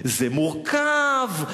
זה מורכב,